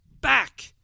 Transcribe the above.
back